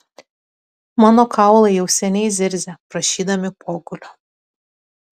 mano kaulai jau seniai zirzia prašydami pogulio